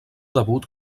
debut